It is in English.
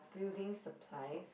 building supplies